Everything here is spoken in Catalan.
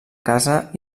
casa